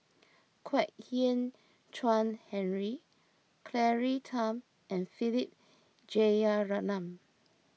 Kwek Hian Chuan Henry Claire Tham and Philip Jeyaretnam